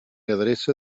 adreça